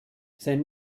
sein